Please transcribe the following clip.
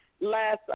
Last